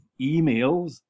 emails